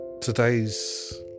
today's